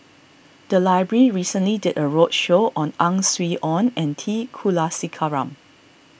the library recently did a roadshow on Ang Swee Aun and T Kulasekaram